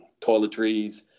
toiletries